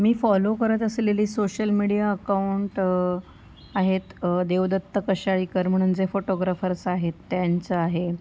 मी follow करत असेलेली social media account आहेत देवदत्त कशाळीकर म्हणून जे फोटोग्राफर्स आहेत त्यांचं आहे